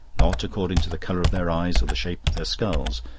not according to the colour of their eyes or the shape of their skulls,